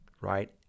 right